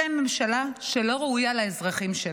אתם ממשלה שלא ראויה לאזרחים שלה.